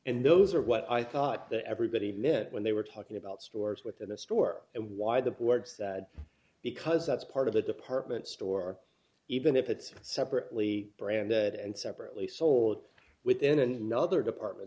and those are what i thought the everybody mint when they d were talking about stores within a store and why the boards because that's part of the department store even if it's separately brand that and separately sold within another department